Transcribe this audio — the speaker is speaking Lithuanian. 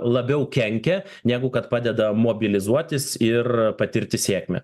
labiau kenkia negu kad padeda mobilizuotis ir patirti sėkmę